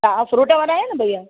तव्हां फ्रूट वारा आहियो न भइया